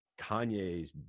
kanye's